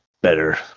better